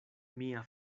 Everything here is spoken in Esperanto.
mia